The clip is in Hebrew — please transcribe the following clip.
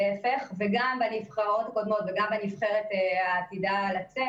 וגם בנבחרות הקודמות וגם בנבחרת העתידה לצאת